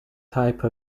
type